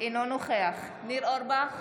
אינו נוכח ניר אורבך,